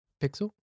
pixel